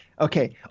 Okay